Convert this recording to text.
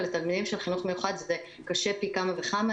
ולתלמידים של חינוך מיוחד זה קשה פי כמה וכמה,